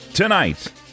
Tonight